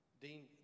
dean